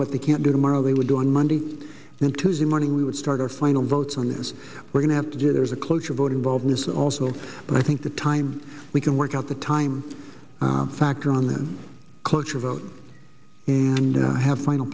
what they can't do tomorrow they would do on monday then tuesday morning we would start our final votes on this we're going to have to do there's a cloture vote involved in this also but i think the time we can work out the time factor on the cloture vote and have final